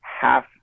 half